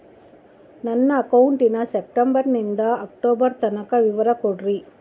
ನನ್ನ ಅಕೌಂಟಿನ ಸೆಪ್ಟೆಂಬರನಿಂದ ಅಕ್ಟೋಬರ್ ತನಕ ವಿವರ ಕೊಡ್ರಿ?